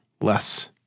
less